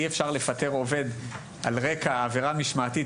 אי אפשר לפטר עובד על רקע עבירה משמעתית